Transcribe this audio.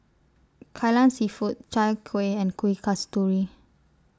Kai Lan Seafood Chai Kueh and Kuih Kasturi